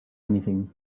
anything